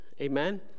Amen